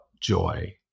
joy